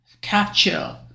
capture